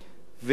לדעתי,